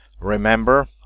remember